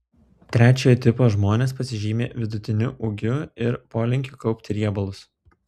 trečiojo tipo žmonės pasižymi vidutiniu ūgiu ir polinkiu kaupti riebalus